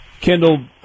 Kendall